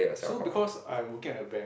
so because I'm working at the bank